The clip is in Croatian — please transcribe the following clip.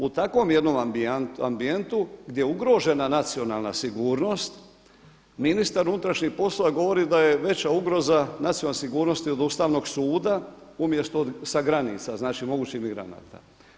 U takvom jednom ambijentu gdje je ugrožena nacionalna sigurnost ministar unutarnjih poslova govori da je veća ugroza nacionalne sigurnosti od Ustavnog suda umjesto sa granica, znači mogućih migranata.